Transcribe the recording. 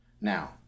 now